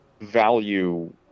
value